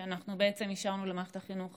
כשאנחנו אישרנו למערכת החינוך